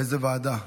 איזו ועדה?